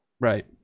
right